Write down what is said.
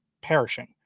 perishing